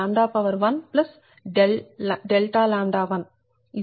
007 118